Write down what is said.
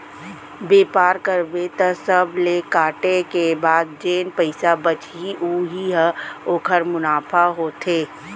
बेपार करबे त सब ल काटे के बाद जेन पइसा बचही उही ह ओखर मुनाफा होथे